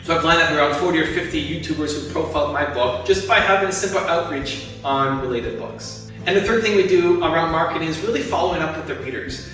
but i've lined up around forty or fifty youtubers who profiled my book, just by having a simple outreach on related books. and the third thing to do, around marketing, is really following up with the readers.